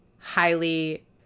highly